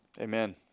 Amen